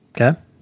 Okay